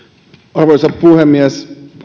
arvoisa puhemies